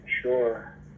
sure